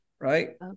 right